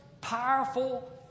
powerful